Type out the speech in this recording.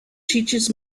teaches